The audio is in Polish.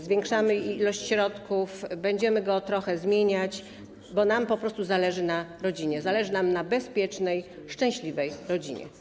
Zwiększamy ilość środków, będziemy program trochę zmieniać, bo nam po prostu zależy na rodzinie, zależy nam na bezpiecznej, szczęśliwej rodzinie.